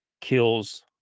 kills